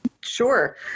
Sure